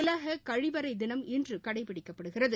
உலககழிவறைதினம் இன்றுகடைபிடிக்கப்படுகிறது